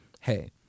hey